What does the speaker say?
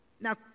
Now